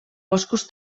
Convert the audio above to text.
boscos